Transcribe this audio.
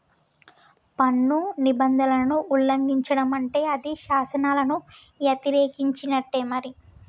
పన్ను నిబంధనలను ఉల్లంఘిచడం అంటే అది శాసనాలను యతిరేకించినట్టే మరి